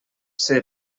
ser